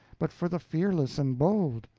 but for the fearless and bold.